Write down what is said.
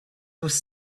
was